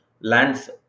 lands